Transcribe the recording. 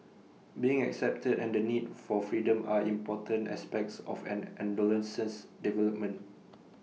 being accepted and the need for freedom are important aspects of an adolescent's development